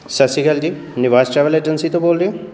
ਸਤਿ ਸ਼੍ਰੀ ਅਕਾਲ ਜੀ ਨਿਵਾਸ ਚਾਵਲਾ ਏਜੰਸੀ ਤੋਂ ਬੋਲ ਰਹੇ ਹੋ